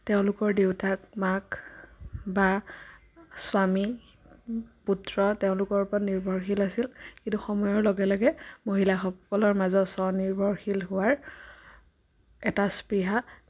তেওঁলোকৰ দেউতাক মাক বা স্বামী পুত্ৰ তেওঁলোকৰ ওপৰত নিৰ্ভৰশীল আছিল কিন্তু সময়ৰ লগে লগে মহিলাসকলৰ মাজত স্ব নিৰ্ভৰশীল হোৱাৰ এটা স্পৃহা